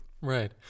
Right